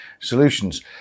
solutions